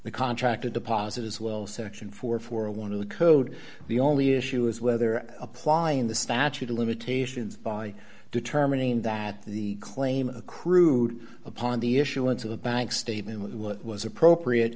the contract a deposit as well section four for one of the code the only issue is whether applying the statute of limitations by determining that the claim accrued upon the issuance of the bank statement was what was appropriate